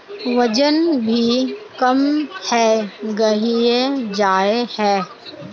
वजन भी कम है गहिये जाय है?